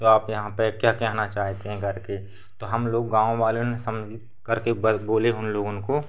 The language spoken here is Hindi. तो आप यहाँ पर क्या कहना चाहते हैं तो हमलोग गाँव वालों ने समझ करके बोले हमलोग उनको